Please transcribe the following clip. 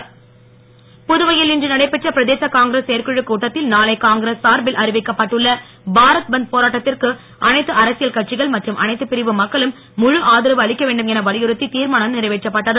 Puduvai Congress புதுவையில் இன்று நடைபெற்ற பிரதேச காங்கிரஸ் செயற்குழ கூட்டத்தில் நாளை காங்கிரஸ் சார்பில் அறிவிக்கப்பட்டுள்ள பாரத் பந்த் போராட்டத்திற்கு அனைத்து அரசியல் கட்சிகள் மற்றும் அனைத்து பிரிவு மக்களும் முழு ஆதரவு அளிக்க வேண்டும் என வலியுறுத்தி திர்மானம் நிறைவேற்றப்பட்டது